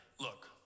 look